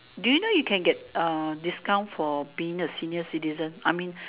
do you know you can uh discount for being senior citizen I mean